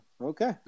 Okay